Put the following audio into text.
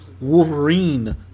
Wolverine